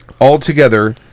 altogether